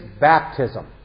baptism